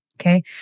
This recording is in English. Okay